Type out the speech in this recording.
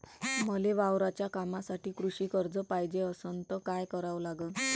मले वावराच्या कामासाठी कृषी कर्ज पायजे असनं त काय कराव लागन?